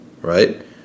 Right